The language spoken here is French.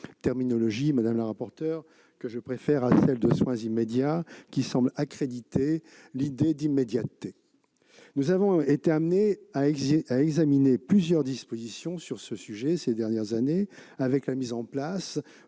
programmés- madame la rapporteure, je préfère cette terminologie à celle de soins immédiats, qui semble accréditer l'idée d'immédiateté. Nous avons été conduits à examiner plusieurs dispositions sur ce sujet ces dernières années avec la mise en place